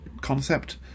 concept